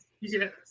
yes